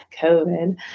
COVID